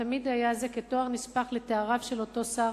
תמיד היה זה כתואר נספח לתאריו של אותו שר,